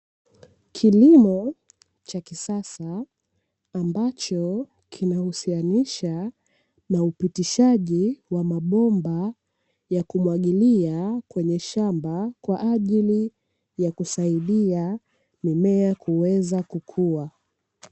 Kilimo cha kisasa, ambacho kinahusianisha na upitishaji wa mabomba ya kumwagilia kwenye shamba, kwa ajili ya kusaidia mimea kuweza kukua.